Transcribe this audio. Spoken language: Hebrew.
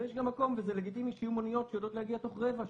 ויש גם מקום וזה לגיטימי שיהיו מוניות שיודעות להגיע בתוך רבע שעה.